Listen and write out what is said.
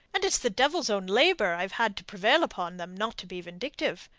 and it's the devil's own labour i've had to prevail upon them not to be vindictive.